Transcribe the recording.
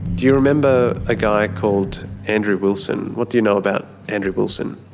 do you remember a guy called andrew wilson? what do you know about andrew wilson?